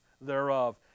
thereof